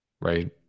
right